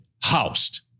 Housed